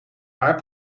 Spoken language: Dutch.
paar